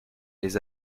les